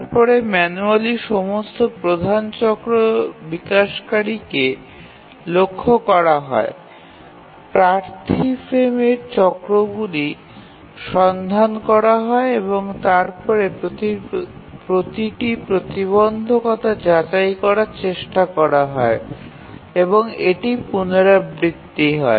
তারপরে ম্যানুয়ালি সমস্ত প্রধান চক্র বিকাশকারীকে লক্ষ্য করা হয় প্রার্থী ফ্রেমের চক্রগুলি সন্ধান করা হয় এবং তারপরে প্রতিটি প্রতিবন্ধকতা যাচাই করার চেষ্টা করা হয় এবং এটি পুনরাবৃত্তি হয়